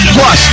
Plus